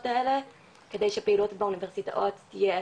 האלה כדי שפעילויות באוניברסיטאות תהיה